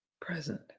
present